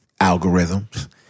algorithms